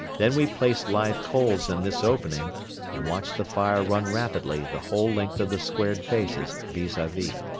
then we placed live coals in this opening and watched the fire run rapidly the whole length of the squared faces vis-a-vis.